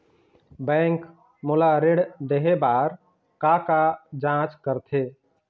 Bank मोला ऋण देहे बार का का जांच करथे?